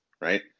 right